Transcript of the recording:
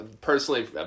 personally